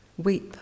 weep